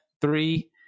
three